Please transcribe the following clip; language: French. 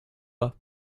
pas